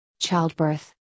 childbirth